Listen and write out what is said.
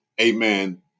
amen